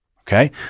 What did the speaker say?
Okay